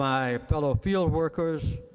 my fellow field workers,